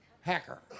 hacker